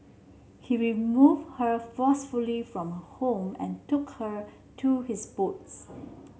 he removed her forcefully from home and took her to his boats